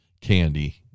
candy